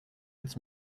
its